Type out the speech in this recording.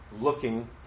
looking